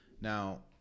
Now